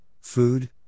food